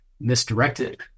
misdirected